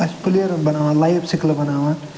اَسہِ پٕلیرَن بناوان لایِف سِکلہٕ بناوان